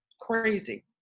Crazy